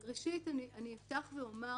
ראשית, אני אפתח ואומר